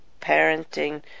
parenting